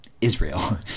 Israel